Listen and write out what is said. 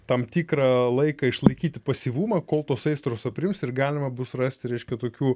tam tikrą laiką išlaikyti pasyvumą kol tos aistros aprims ir galima bus rasti reiškia tokių